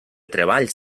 treballs